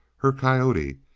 her coyote.